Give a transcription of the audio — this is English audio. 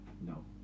no